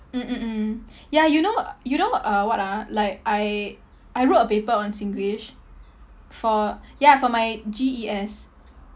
mm mm mm ya you know you know uh what ah like I I wrote a paper on singlish for ya for my G_E_S